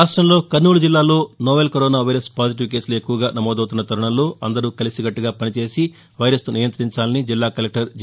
రాష్టంలో కర్నూలు జిల్లాలో novel corona virus positive కేసులు ఎక్కువగా నమోదవుతున్న తరుణంలో అందరూ కలిసి కట్లగా పని చేసి వైరస్ను నియంతించాలని జిల్లా కలెక్లర్ జి